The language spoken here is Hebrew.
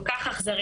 כל כך אכזרית,